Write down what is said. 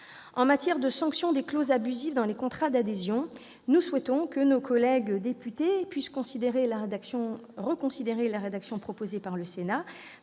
En matière de sanction des clauses abusives dans les contrats d'adhésion, nous souhaitons que nos collègues députés en viennent à reconsidérer la rédaction proposée par le Sénat